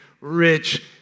rich